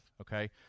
okay